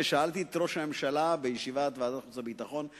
ושאלתי את ראש הממשלה בישיבת ועדת החוץ והביטחון,